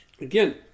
Again